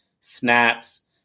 snaps